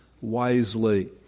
wisely